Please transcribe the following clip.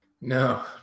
No